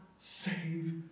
save